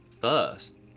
first